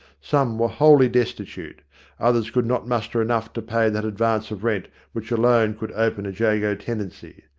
some were wholly destitute others could not muster enough to pay that advance of rent which alone could open a jago tenancy.